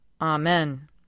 Amen